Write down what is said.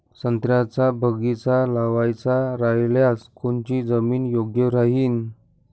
संत्र्याचा बगीचा लावायचा रायल्यास कोनची जमीन योग्य राहीन?